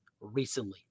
recently